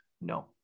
No